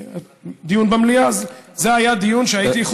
דיון במליאה, זה היה דיון שהייתי חוזר עליו.